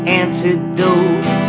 antidote